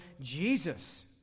Jesus